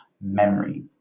memory